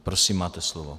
Prosím, máte slovo.